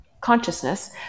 consciousness